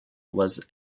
was